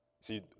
See